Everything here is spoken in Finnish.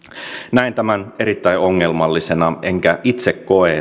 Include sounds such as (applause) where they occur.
näen tämän erittäin ongelmallisena enkä itse koe (unintelligible)